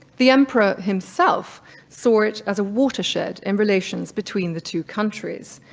the emperor himself saw it as a watershed in relations between the two countries,